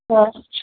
त